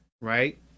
right